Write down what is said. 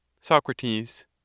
Socrates